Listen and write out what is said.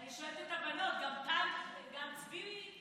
אני שואלת את הבנות, גם טל וגם צבי?